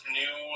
new